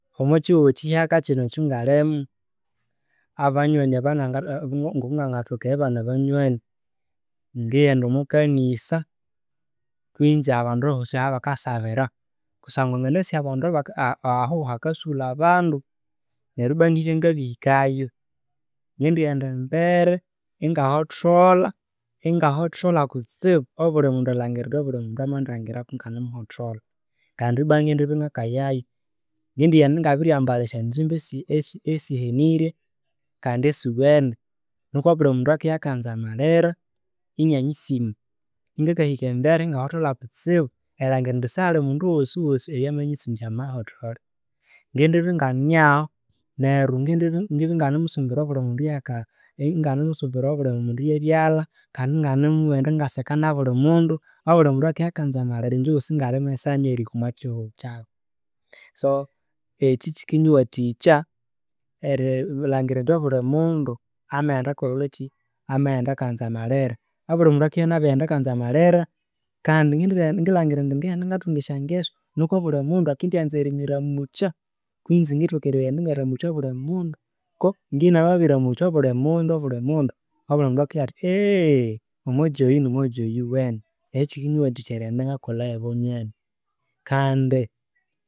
Omwa kihugho kihyaka kino ekya ngalimo aba nywani ibanganga ngongongo na ngathoka eribana abanywani, ngighenda omwa kanisa kwinzi abandu bosi ahabakasabira. Kusangwa nganasi ahabandu bakasa aho hakisulha abandu neryo ibwa ngibya ngabirihikayo, ngendighenda emberere, ingahatholha ingahatholha kutsibuobulimundu erilhangira indi amalingira ku ngabiri hatholha. Kandi ibwa ngendibya ngakayayo, ngendighenda ingabirya mbalha esyanjimba esihenirye kandi esiwene nikwa obuli mundu akibya akanzamalhira inianyisima ngakahika embere ingahothola kutsibu erilhangira indi sihali mundu ghosighosi oyuwamnyisinja amahothole. Ngendibya ingane aho neryo ngendibya ingane musumbira obuli mundu ye byalha kandi ingane mughenda ngakaseka nabo, obulimundu akanzamalira ingye ghosi ingali mwesanyu eyerihika omwa kihugho kyabo. So eki kikinyiwathikya erilhangira indi obuli mundu amaghenda akakolhaki, amaghenda akanzamalhira. Obuli mundu akibya abirighenda akanzamalira, kandi ngilhangira indi ngaenda ngakathunga esyangeso nikwa bulimundu akendyanza erinyiramukyakwinzi ngithoka erighenda ingaramukya obuli mundu niko ngibya namabiramukya obulimundu bulimundu obulimundu obulimundu akibugha athi omojo oyu nimojo oyuwene. Eki kikinyiwathikya erighenda ngakolhayo abanywani kandi